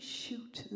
shoot